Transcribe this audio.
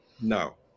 No